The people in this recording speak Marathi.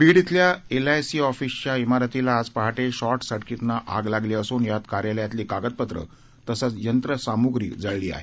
बीड झिल्या एलआयसी ऑफिसच्या झिरतीला आज पहाटे शर्ष्झिकिटनं आग लागली असून यात कार्यालयातील कागदपत्रे तसंच यंत्रसामुग्री जळली आहेत